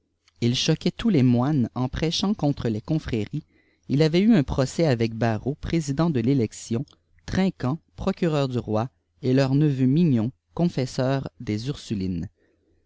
il choquait tous les mornes en prêchant contre les confréries il avait eu un procès avec barot président de l'élection trinquant procureur du roi et leur neveu mignon confesseur des ursulines